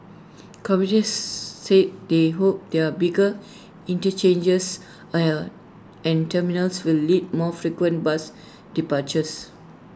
commuters said they hoped their bigger interchanges and A and terminals will lead more frequent bus departures